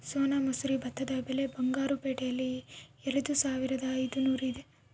ಸೋನಾ ಮಸೂರಿ ಭತ್ತದ ಬೆಲೆ ಬಂಗಾರು ಪೇಟೆಯಲ್ಲಿ ಎರೆದುಸಾವಿರದ ಐದುನೂರು ಇದೆ